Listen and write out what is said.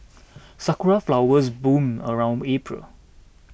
sakura flowers bloom around April